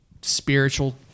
spiritual